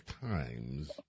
Times